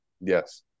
Yes